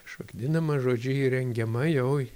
šokdinama žodžiu įrengiama jau